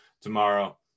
tomorrow